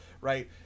right